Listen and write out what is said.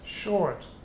short